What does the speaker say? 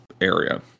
area